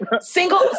Single